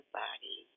body